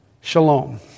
Shalom